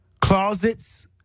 closets